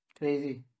Crazy